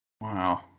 Wow